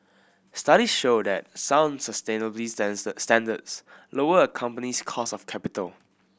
studies show that sound sustainability standards lower a company's cost of capital